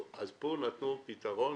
פה נתנו פתרון